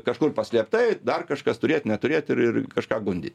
kažkur paslėptai dar kažkas turėt neturėt ir ir kažką gundyt